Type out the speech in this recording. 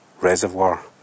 Reservoir